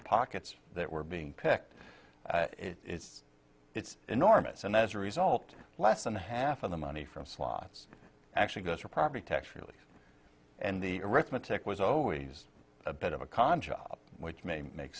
and pockets that were being picked it's enormous and as a result less than half of the money from slots actually goes for property tax relief and the arithmetic was always a bit of a con job which may make